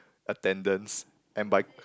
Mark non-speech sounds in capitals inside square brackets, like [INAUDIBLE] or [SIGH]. attendance and by [NOISE]